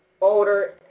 older